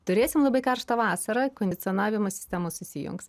turėsim labai karštą vasarą kondicionavimo sistemos susijungs